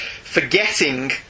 forgetting